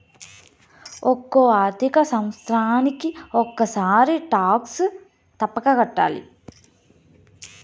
ఒక్కో ఆర్థిక సంవత్సరానికి ఒక్కసారి టాక్స్ తప్పక కట్టాలి